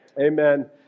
amen